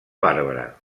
bàrbara